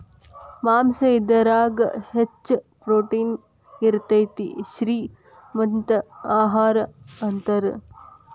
ಮಾಂಸಾ ಇದರಾಗ ಹೆಚ್ಚ ಪ್ರೋಟೇನ್ ಇರತತಿ, ಶ್ರೇ ಮಂತ ಆಹಾರಾ ಅಂತಾರ